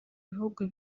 bihugu